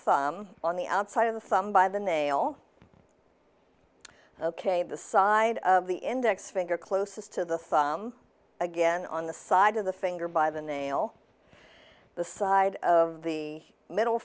thumb on the outside of the thumb by the nail ok the side of the index finger closest to the thumb again on the side of the finger by the nail the side of the middle